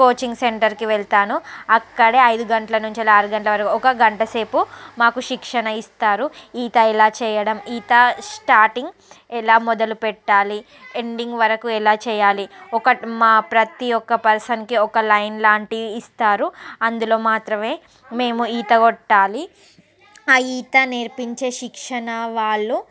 coaching సెంటర్కి వెళ్తాను అక్కడే ఐదు గంటల నుంచి ఆరు గంటల వరకు ఒక గంటసేపు మాకు శిక్షణ ఇస్తారు ఈత ఇలా చేయడం ఈత స్టార్టింగ్ ఎలా మొదలు పెట్టాలి ఎండింగ్ వరకు ఎలా చేయాలి ఒకటి మా ప్రతి ఒక్క పర్సన్కి ఒక లైన్ లాంటి ఇస్తారు అందులో మాత్రమే మేము ఈత కొట్టాలి ఆ ఈత నేర్పించే శిక్షణ వాళ్లు